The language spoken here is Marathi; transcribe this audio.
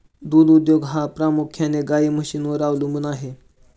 दूध उद्योग हा प्रामुख्याने गाई म्हशींवर अवलंबून आहे